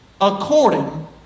according